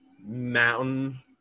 mountain